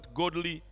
godly